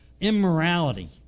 immorality